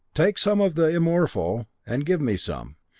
take some of the immorpho and give me some,